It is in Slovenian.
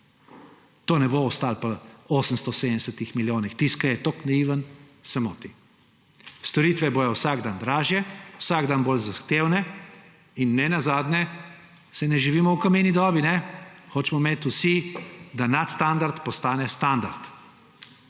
To ne bo ostalo pri 870 milijonih. Tisti, ki je toliko naiven, se moti. Storitve bodo vsak dan dražje, vsak dan bolj zahtevne in nenazadnje, saj ne živimo v kameni dobi. Hočemo imeti vsi, da nadstandard postane standard.